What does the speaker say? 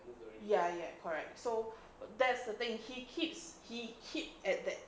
ya ya ya correct so that's the thing he keeps he hit at that